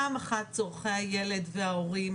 פעם אחת צרכי הילד וההורים,